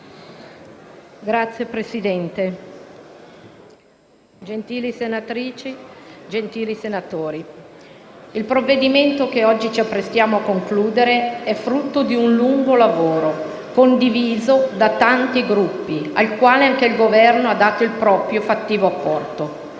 Signor Presidente, gentili senatrici, gentili senatori, il provvedimento che oggi ci apprestiamo a concludere è frutto di un lungo lavoro, condiviso da tanti Gruppi, al quale anche il Governo ha dato il proprio fattivo apporto.